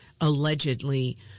allegedly